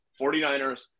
49ers